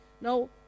Now